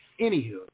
Anywho